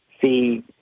see